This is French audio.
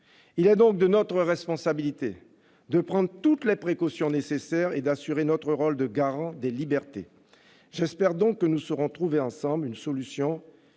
Il est de notre responsabilité de prendre toutes les précautions nécessaires et d'assurer notre rôle de garants des libertés. J'espère donc que nous saurons trouver ensemble une solution